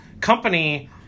company